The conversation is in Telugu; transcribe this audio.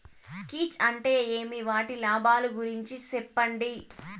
కీచ్ అంటే ఏమి? వాటి లాభాలు గురించి సెప్పండి?